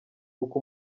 uko